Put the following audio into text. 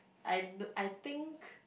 I d~ I think